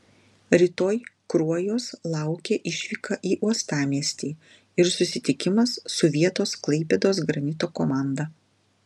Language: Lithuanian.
rytoj kruojos laukia išvyka į uostamiestį ir susitikimas su vietos klaipėdos granito komanda